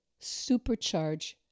supercharge